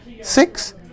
six